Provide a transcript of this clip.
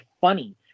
funny